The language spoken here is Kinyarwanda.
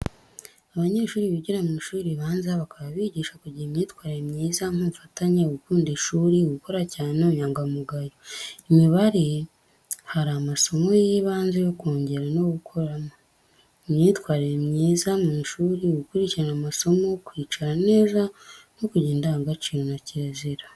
Abanyeshuri bigira mu ishuri ribanza bakaba bigisha kugira imyitwarire myiza nk’ubufatanye, gukunda ishuri, gukora cyane n’ubunyangamugayo. Imibare, hari amasomo y'ibanze yo kongera no gukuramo. Imyitwarire myiza mu ishuri gukurikira amasomo, kwicara neza no kugira indangagaciro na kirazira.